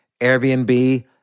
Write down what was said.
Airbnb